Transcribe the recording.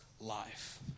life